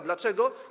Dlaczego?